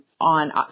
on